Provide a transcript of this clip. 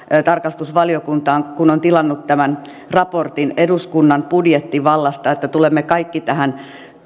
tarkastusvaliokunta kun on tilannut tämän raportin eduskunnan budjettivallasta tulemme kaikki tähän